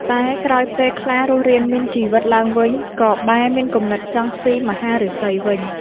តែក្រោយពេលខ្លារស់រានមានជីវិតឡើងវិញ ក៏បែរមានគំនិតចង់ស៊ីមហាឫសីវិញ។